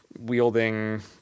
wielding